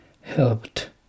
helped